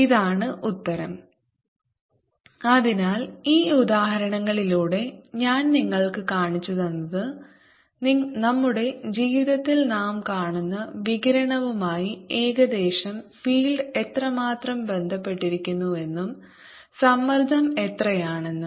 2×10 7Nm2 അതിനാൽ ഈ ഉദാഹരണങ്ങളിലൂടെ ഞാൻ നിങ്ങൾക്ക് കാണിച്ചുതന്നത് നമ്മുടെ ജീവിതത്തിൽ നാം കാണുന്ന വികിരണവുമായി ഏകദേശം ഫീൽഡ് എത്രമാത്രം ബന്ധപ്പെട്ടിരിക്കുന്നുവെന്നും സമ്മർദ്ദം എത്രയാണെന്നും